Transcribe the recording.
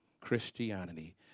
Christianity